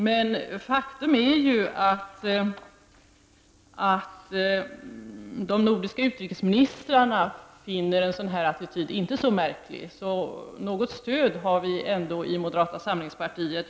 Men faktum är att de nordiska utrikesministrarna inte finner en sådan här attityd så märklig, så något stöd har vi i moderata samlingspartiet ändå.